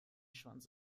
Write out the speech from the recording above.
schwanz